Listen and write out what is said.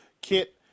kit